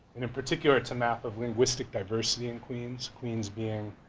and in particular to map of linguistic diversity in queens. queens being,